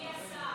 אדוני השר,